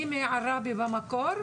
אני מעראבה במקור.